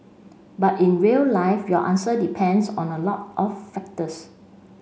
but in real life your answer depends on a lot of factors